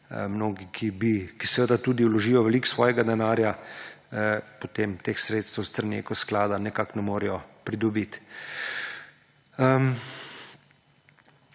ki seveda vložijo tudi veliko svojega denarja, potem teh sredstev s strani Eko sklada nekako ne morejo pridobiti.